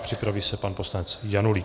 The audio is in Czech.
Připraví se pan poslanec Janulík.